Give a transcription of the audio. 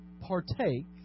partake